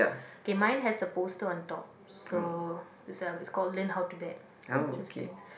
okay mine has a poster on top so is like Scotland how to bet interesting